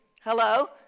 Hello